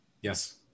Yes